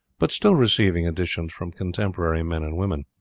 but still receiving additions from contemporary men and women.